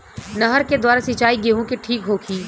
नहर के द्वारा सिंचाई गेहूँ के ठीक होखि?